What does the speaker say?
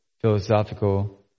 philosophical